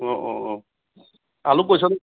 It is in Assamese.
অঁ অঁ অঁ আলু পইচাটো